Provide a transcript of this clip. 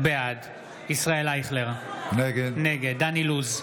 בעד ישראל אייכלר, נגד דן אילוז,